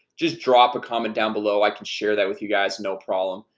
just drop a comment down below i can share that with you guys no problem.